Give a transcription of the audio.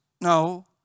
No